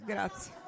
grazie